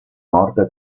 morte